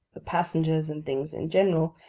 the passengers, and things in general,